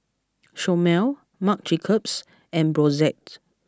Chomel Marc Jacobs and Brotzeit